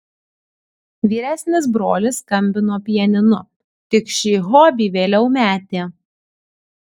vyresnis brolis skambino pianinu tik šį hobį vėliau metė